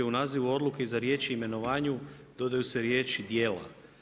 U nazivu odluke iza riječi „imenovanju“ dodaju se riječi „djela“